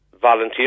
volunteer